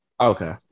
Okay